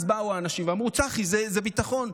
אז באו אנשים ואמרו: צח"י זה ביטחון.